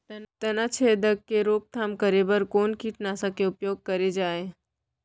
तनाछेदक के रोकथाम बर कोन कीटनाशक के उपयोग करे जाये?